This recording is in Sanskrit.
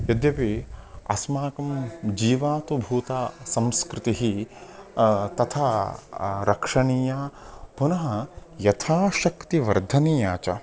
यद्यपि अस्माकं जीवा तु भूता संस्कृतिः तथा रक्षणीया पुनः यथा शक्तिवर्धनीया च